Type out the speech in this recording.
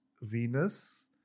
Venus